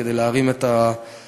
כדי להרים את המשכורות,